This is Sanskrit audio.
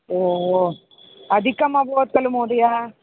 ओ अधिकम् अभवत् खलु महोदय